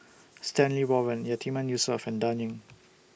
Stanley Warren Yatiman Yusof and Dan Ying